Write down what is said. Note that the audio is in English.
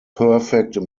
perfect